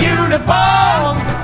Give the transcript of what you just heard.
uniforms